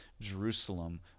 Jerusalem